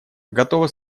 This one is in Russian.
готово